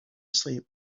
sleep